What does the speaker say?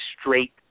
straight